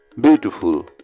Beautiful